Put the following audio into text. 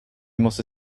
måste